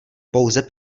pouze